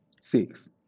six